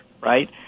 right